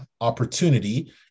opportunity